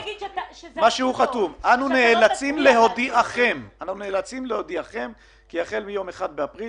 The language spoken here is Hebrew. "אנו נאלצים להודיעכם כי החל מיום 1 באפריל